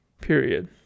Period